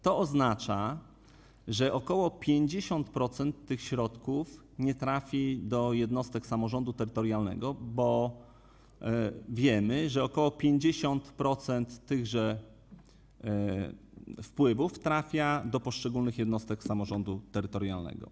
To oznacza, że ok. 50% tych środków nie trafi do jednostek samorządu terytorialnego, bo wiemy, że ok. 50% tychże wpływów trafia do poszczególnych jednostek samorządu terytorialnego.